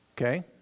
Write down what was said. Okay